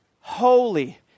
holy